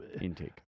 intake